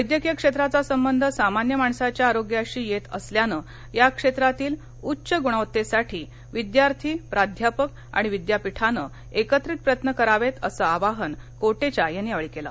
वैद्यकीय क्षेत्राचा संबंध सामान्य माणसाच्या आरोग्याशी येत असल्यानं या क्षेत्रातील उच्च गुणवत्तेसाठी विद्यार्थी प्राध्यापक आणि विद्यापीठानं एकत्रित प्रयत्न करावेत असं आवाहन कोटेचा यांनी यावेळी केलं